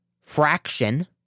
fraction